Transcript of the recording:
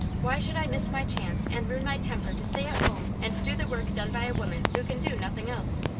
why should i miss my chance and ruin my temper to stay at home and do the work done by a woman who can do nothing else?